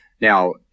Now